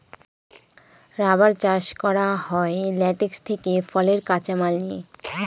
rubber চাষ করা হয় ল্যাটেক্স থেকে ফলের কাঁচা মাল নিয়ে